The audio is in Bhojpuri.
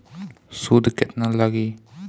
सूद केतना लागी?